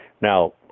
Now